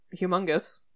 humongous